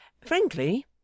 Frankly